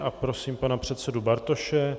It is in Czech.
A prosím pana předsedu Bartoše.